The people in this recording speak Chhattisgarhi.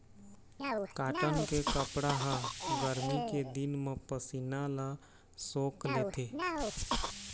कॉटन के कपड़ा ह गरमी के दिन म पसीना ल सोख लेथे